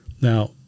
Now